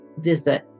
visit